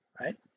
right